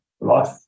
life